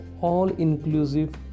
all-inclusive